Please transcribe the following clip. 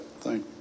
Thank